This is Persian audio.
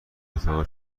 اتاق